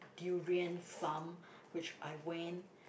durian farm which I went